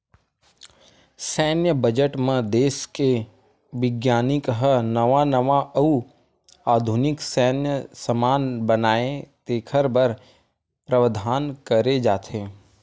सैन्य बजट म देस के बिग्यानिक ह नवा नवा अउ आधुनिक सैन्य समान बनाए तेखर बर प्रावधान करे जाथे